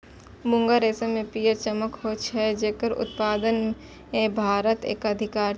मूंगा रेशम मे पीयर चमक होइ छै, जेकर उत्पादन मे भारत के एकाधिकार छै